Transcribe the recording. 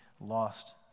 lost